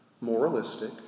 Moralistic